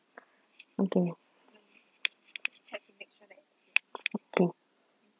okay okay